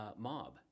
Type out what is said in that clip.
mob